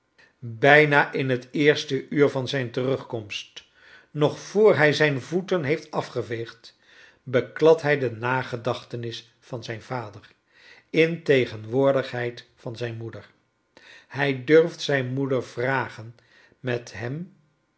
bijna in het eerste uur van zijn terugkomst nog voor hij zijn voeten heeft afgeveegd bekladt hij de nagedachtenis van zijn vader in tegenwoordigheid van zijn moeder i hij durft zijn moeder vragen met hem